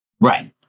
Right